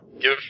give